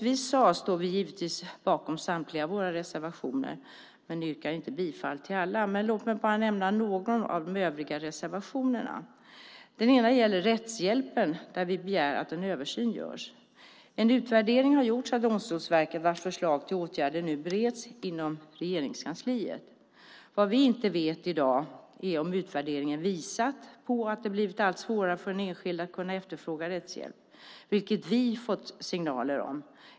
Vi står givetvis bakom samtliga av våra reservationer, men jag yrkar inte bifall till alla. Låt mig bara nämna några av de övriga reservationerna. En reservation gäller rättshjälpen där vi begär att en översyn görs. En utvärdering har gjorts av Domstolsverket vars förslag till åtgärder nu bereds inom Regeringskansliet. Vad vi inte vet i dag är om utvärderingen visat på att det blivit allt svårare för den enskilde att kunna efterfråga rättshjälp, vilket vi fått signaler om.